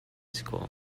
school